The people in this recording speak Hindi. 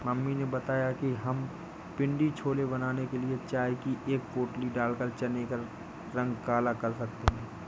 मम्मी ने बताया कि हम पिण्डी छोले बनाने के लिए चाय की एक पोटली डालकर चने का रंग काला कर सकते हैं